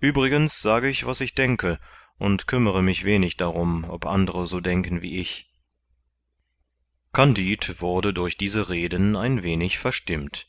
uebrigens sag ich was ich denke und kümmere mich wenig darum ob andere so denken wie ich kandid wurde durch diese reden ein wenig verstimmt